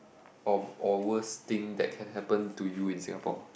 or or worst thing that can happen to you in Singapore